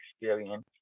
experience